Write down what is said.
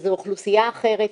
שזו אוכלוסייה אחרת.